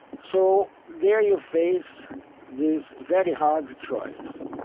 so, there, you face this very hard choice.